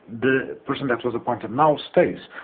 the person that was appointed now stays,